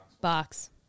Box